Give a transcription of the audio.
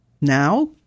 Now